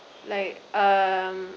like um